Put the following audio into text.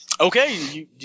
Okay